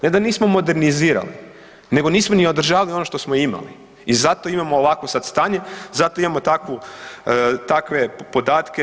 Ne da nismo modernizirali nego nismo ni održavali ono što smo imali i zato imamo ovakvo sad stanje, zato imamo takvu, takve podatke.